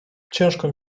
ciężko